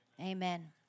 Amen